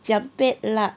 cempedak